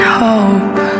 hope